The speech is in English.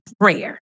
prayer